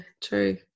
true